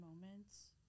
moments